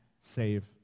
save